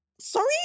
Sorry